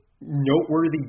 noteworthy